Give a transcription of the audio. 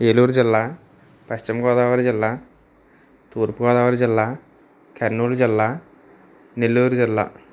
ఏలూరు జిల్లా పశ్చిమ గోదావరి జిల్లా తూర్పు గోదావరి జిల్లా కర్నూలు జిల్లా నెల్లూరు జిల్లా